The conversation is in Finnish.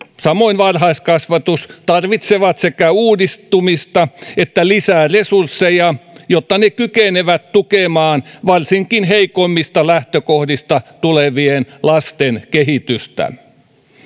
samoin varhaiskasvatus tarvitsee sekä uudistumista että lisää resursseja jotta se kykenee tukemaan varsinkin heikoimmista lähtökohdista tulevien lasten kehitystä